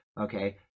Okay